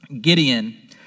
Gideon